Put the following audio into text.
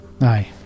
Aye